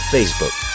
Facebook